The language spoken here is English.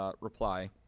reply